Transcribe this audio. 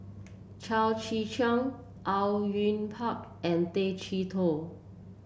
Chao Tzee Cheng Au Yue Pak and Tay Chee Toh